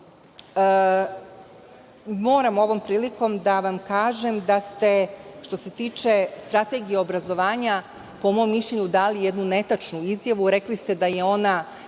Moram ovom prilikom da vam kažem da ste, što se tiče strategije obrazovanja, po mom mišljenju dali jednu netačnu izjavu. Rekli ste da je ona